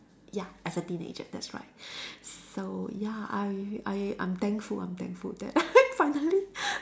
ya as a teenager that's right so ya I I I'm thankful I'm thankful that finally